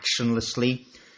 actionlessly